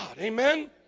Amen